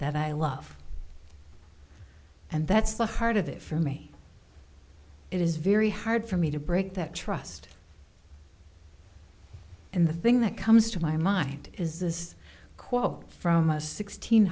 that i love and that's the heart of it for me it is very hard for me to break that trust and the thing that comes to my mind is this quote from a sixteen